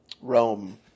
Rome